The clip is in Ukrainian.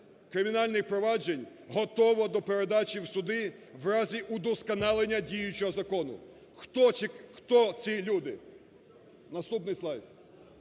кримінальних проваджень готово до передачі в суди в разі удосконалення діючого закону. Хто ці люди? Наступний слайд.